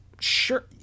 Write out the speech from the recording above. sure